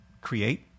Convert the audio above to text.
create